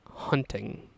hunting